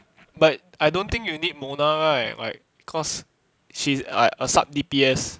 but I don't think you need mona right like cause she's like a sub D_P_S